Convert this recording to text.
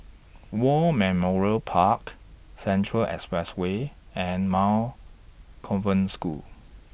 War Memorial Park Central Expressway and Convent School